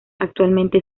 actualmente